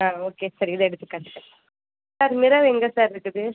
ஆ okay sir இதை எடுத்து காட்டுங்கள் சார் மிர்ரர் எங்கே சார் இருக்குது